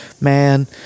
man